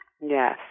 Yes